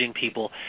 people